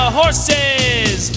horses